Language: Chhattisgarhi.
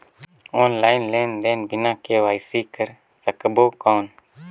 ऑनलाइन लेनदेन बिना के.वाई.सी कर सकबो कौन??